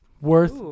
worth